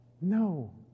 no